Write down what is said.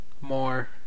more